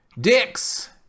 Dick's